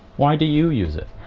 why do you use it?